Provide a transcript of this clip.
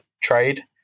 trade